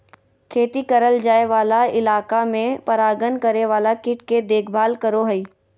खेती करल जाय वाला इलाका में परागण करे वाला कीट के देखभाल करो हइ